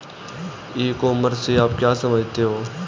ई commerce से आप क्या समझते हो?